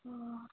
ହଁ